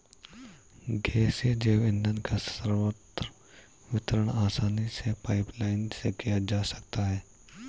गैसीय जैव ईंधन का सर्वत्र वितरण आसानी से पाइपलाईन से किया जा सकता है